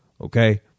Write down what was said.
okay